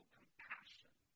compassion